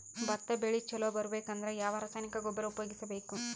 ಭತ್ತ ಬೆಳಿ ಚಲೋ ಬರಬೇಕು ಅಂದ್ರ ಯಾವ ರಾಸಾಯನಿಕ ಗೊಬ್ಬರ ಉಪಯೋಗಿಸ ಬೇಕು?